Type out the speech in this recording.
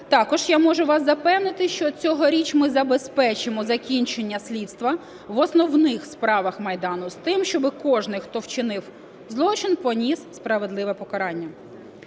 Також я можу вас запевнити, що цьогоріч ми забезпечимо закінчення слідства в основних справах Майдану з тим, щоби кожний, хто вчинив злочин, поніс справедливе покарання.